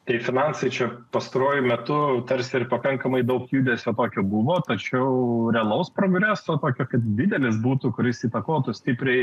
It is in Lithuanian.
tai finsansai čia pastaruoju metu tarsi ir pakankamai daug judesio tokio bumo tačiau realaus progreso tokio kaip didelis būtų kuris įtakotų stipriai